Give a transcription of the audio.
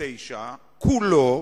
ממשרדו,